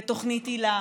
תוכנית היל"ה,